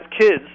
kids